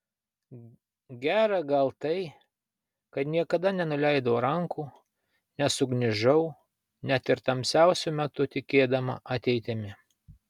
gera gal tai kad niekada nenuleidau rankų nesugniužau net ir tamsiausiu metu tikėdama ateitimi